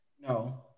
no